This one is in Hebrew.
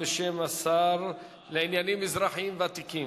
בשם השר לענייני אזרחים ותיקים.